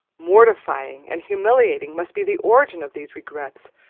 mortifying and humiliating must be the origin of those regrets,